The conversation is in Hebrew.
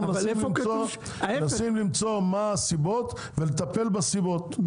אנחנו מנסים למצוא מה הסיבות ולטפל בסיבות.